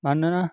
मानोना